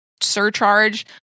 surcharge